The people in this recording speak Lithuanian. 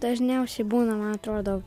dažniausiai būna man atrodo